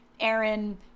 Aaron